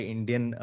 Indian